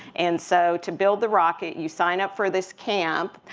and so to build the rocket, you sign up for this camp,